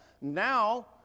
Now